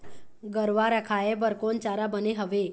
गरवा रा खवाए बर कोन चारा बने हावे?